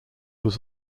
was